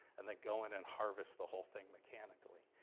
and then go in and harvest the whole thing mechanically.